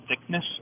thickness